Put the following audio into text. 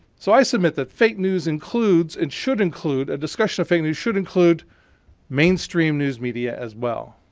so i submit that fake news includes, and should include a discussion of fake news should include mainstream news media as well.